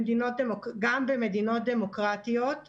גם במדינות דמוקרטיות.